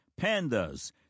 Pandas